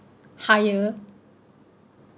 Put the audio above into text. higher